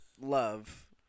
love